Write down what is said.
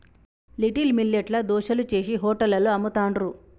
little millet ల దోశలు చేశి హోటళ్లలో అమ్ముతాండ్రు